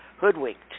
hoodwinked